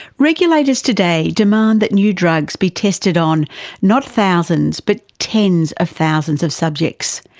regulators today demand that new drugs be tested on not thousands but tens of thousands of subjects,